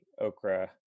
Okra